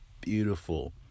beautiful